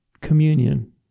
communion